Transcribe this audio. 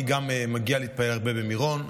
גם אני מגיע להתפלל הרבה במירון,